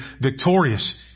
victorious